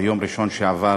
ביום ראשון שעבר,